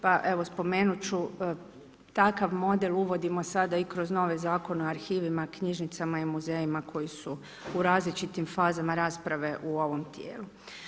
Pa evo, spomenuti ću takav model uvodimo sada i kroz nove zakone o arhivima, knjižnicama i muzejima koji su u različitim fazama rasprave u ovom tijelu.